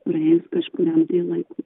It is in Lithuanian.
praėjus kažkuriam tai laikui